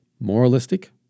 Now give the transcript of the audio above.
Moralistic